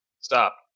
stop